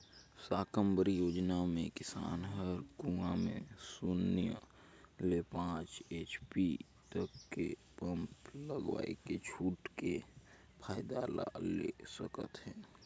साकम्बरी योजना मे किसान हर कुंवा में सून्य ले पाँच एच.पी तक के पम्प लगवायके छूट के फायदा ला ले सकत है